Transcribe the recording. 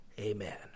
amen